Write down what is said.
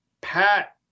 Pat